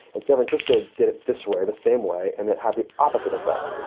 and san francisco did it this way the same way. and it had the opposite effect.